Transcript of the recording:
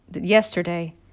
Yesterday